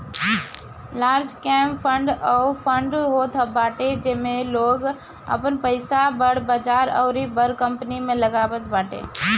large cap fund उ fund होत बाटे जेमे लोग आपन पईसा के बड़ बजार अउरी बड़ कंपनी में लगावत बाटे